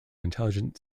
intelligent